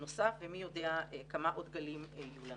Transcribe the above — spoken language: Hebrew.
נוסף ומי יודע כמה עוד גלים יהיו לנו.